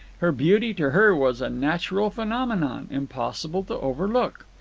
her beauty, to her, was a natural phenomenon, impossible to overlook.